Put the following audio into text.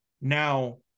now